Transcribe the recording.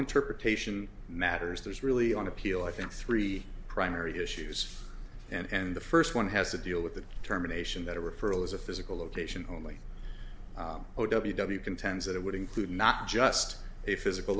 interpretation matters there's really on appeal i think three primary issues and the first one has to deal with the terminations that a referral is a physical location only contends that it would include not just a physical